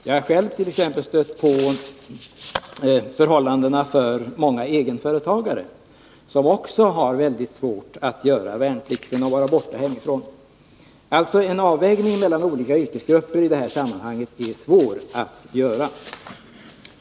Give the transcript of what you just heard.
Jag har själv t.ex. stött på förhållandena för många egenföretagare som också har väldigt svårt att göra värnplikten och vara borta hemifrån. Det är alltså svårt att i det här sammanhanget göra en avvägning mellan olika yrkesgrupper.